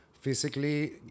Physically